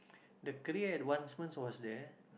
the career advancement was there